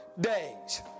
days